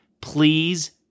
please